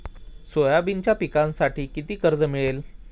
सोयाबीनच्या पिकांसाठी किती कर्ज मिळेल?